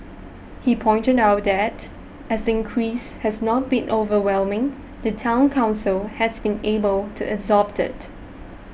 he pointed out that as the increase has not been overwhelming the Town Council has been able to absorb it